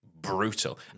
brutal